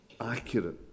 accurate